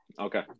Okay